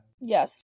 Yes